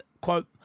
quote